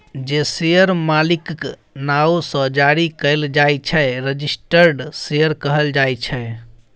जे शेयर मालिकक नाओ सँ जारी कएल जाइ छै रजिस्टर्ड शेयर कहल जाइ छै